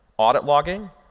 audit logging,